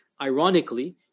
ironically